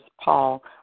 Paul